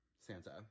Santa